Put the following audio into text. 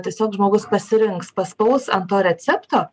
tiesiog žmogus pasirinks paspaus ant to recepto